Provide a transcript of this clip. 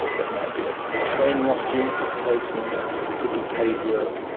it might be a training opportunity, placement, it could be paid work,